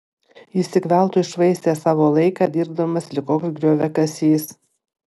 jis tik veltui švaistė savo laiką dirbdamas lyg koks grioviakasys